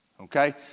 Okay